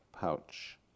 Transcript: pouch